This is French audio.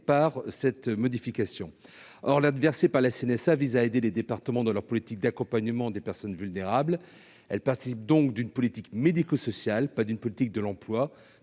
la crise de la covid. Or l'aide versée par la CNSA vise à aider les départements dans leur politique d'accompagnement des personnes vulnérables. Elle participe donc d'une politique médico-sociale, et non pas d'une politique de l'emploi